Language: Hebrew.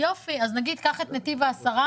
יופי, אז נגיד קח את נתיב העשרה,